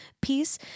piece